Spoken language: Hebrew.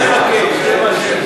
תמשיך לבקש.